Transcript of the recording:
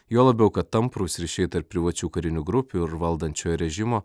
juo labiau kad tamprūs ryšiai tarp privačių karinių grupių ir valdančiojo režimo